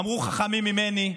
אמרו חכמים ממני: